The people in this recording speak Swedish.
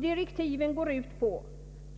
Direktiven har